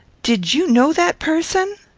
did you know that person?